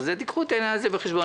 קחו את זה בחשבון.